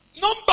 Number